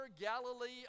Galilee